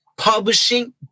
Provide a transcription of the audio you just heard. Publishing